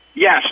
Yes